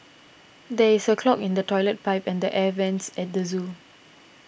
there is a clog in the Toilet Pipe and the Air Vents at the zoo